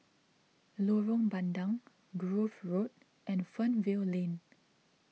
Lorong Bandang Grove Road and Fernvale Lane